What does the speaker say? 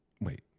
Wait